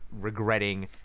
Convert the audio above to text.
regretting